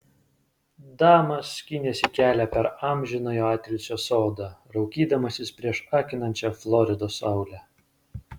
damas skynėsi kelią per amžinojo atilsio sodą raukydamasis prieš akinančią floridos saulę